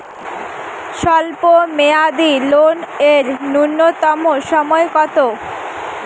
স্বল্প মেয়াদী লোন এর নূন্যতম সময় কতো?